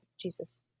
Jesus